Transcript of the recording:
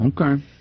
Okay